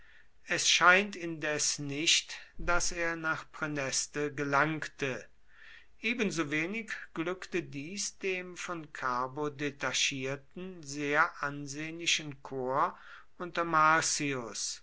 es scheint indes nicht daß er nach praeneste gelangte ebensowenig glückte dies dem von carbo detachierten sehr ansehnlichen korps unter marcius